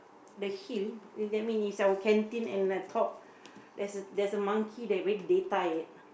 the hill th~ that mean it's our canteen at the top there's a there's a monkey that